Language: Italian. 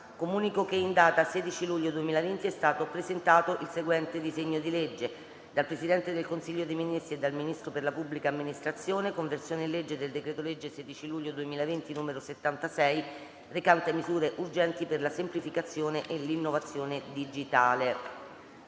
Comunico che, in data 16 luglio 2020, è stato presentato il seguente disegno di legge: *dal Presidente del Consiglio dei ministri e dal Ministro per la pubblica amministrazione*: «Conversione in legge del decreto-legge 16 luglio 2020, n. 76, recante misure urgenti per la semplificazione e l'innovazione digitale»